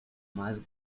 más